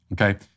Okay